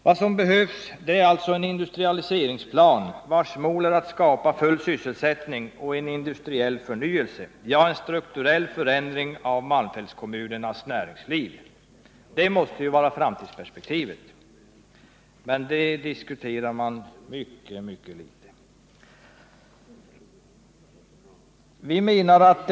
Vad som behövs är alltså en industrialiseringsplan, vars mål är att skapa full sysselsättning och en industriell förnyelse, ja, en strukturell förändring av malmfältskommunernas näringsliv. Det måste vara framtidsperspektivet. Men det diskuterar man mycket litet.